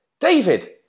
David